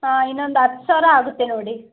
ಹಾಂ ಇನ್ನೊಂದು ಹತ್ತು ಸಾವಿರ ಆಗುತ್ತೆ ನೋಡಿ